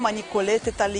אם אתם תתמכו בזה,